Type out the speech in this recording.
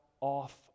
off